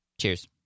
Cheers